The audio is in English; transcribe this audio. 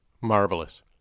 Marvelous